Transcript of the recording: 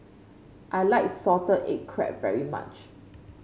I like Salted Egg Crab very much